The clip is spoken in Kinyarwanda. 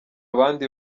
abandi